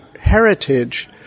heritage